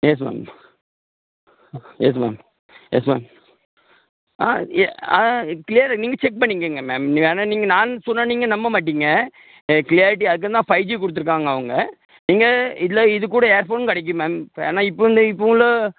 yes ma'am yes ma'am yes ma'am ஆ எ ஆ க்ளியராக நீங்கள் செக் பண்ணிக்கங்க மேம் ஆனால் நீங்கள் நான் சொன்னால் நீங்கள் நம்ப மாட்டிங்க ஆ க்ளியாரிட்டி அதுக்குன்னு தான் ஃபைவ் ஜி கொடுத்தருக்காங்க அவங்க நீங்கள் இல்லை இது கூட இயர்ஃபோன் கிடைக்கும் மேம் ஏன்னா இப்போ இந்த இப்போ உள்ள